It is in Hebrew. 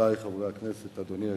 רבותי חברי הכנסת, אדוני היושב-ראש,